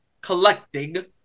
collecting